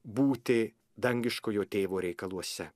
būti dangiškojo tėvo reikaluose